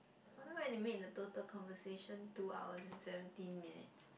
I don't know why they make the total conversation two hours and seventeen minutes